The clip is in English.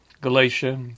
Galatia